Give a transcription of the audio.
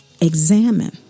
examine